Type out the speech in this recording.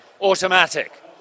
Automatic